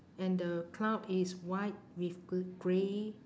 and the cloud is white with g~ grey